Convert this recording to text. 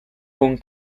con